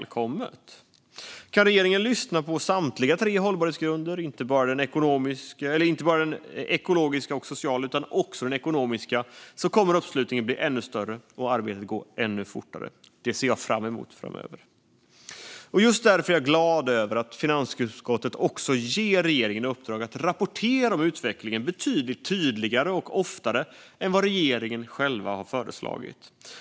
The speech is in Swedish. Kan regeringen lyssna på samtliga tre hållbarhetsgrunder, alltså inte bara de miljömässiga och sociala utan också den ekonomiska, kommer uppslutningen att bli ännu större och arbetet gå ännu fortare. Det ser jag fram emot framöver. Just därför är jag glad över att finansutskottet ger regeringen i uppdrag att rapportera om utvecklingen betydligt tydligare och oftare än vad regeringen själv har föreslagit.